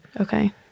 Okay